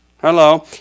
hello